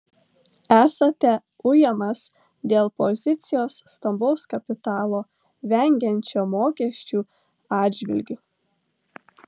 esate ujamas dėl pozicijos stambaus kapitalo vengiančio mokesčių atžvilgiu